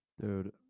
Dude